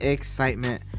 Excitement